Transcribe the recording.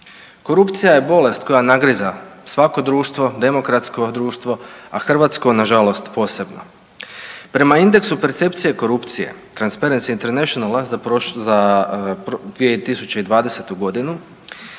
Korupcija je bolest koja nagriza svako društvo, demokratsko društvo, a hrvatsko nažalost posebno. Prema indeksu percepcije korupcije Transparency Internationala za, za 2020. godinu